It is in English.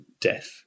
death